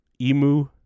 emu